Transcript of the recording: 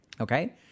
Okay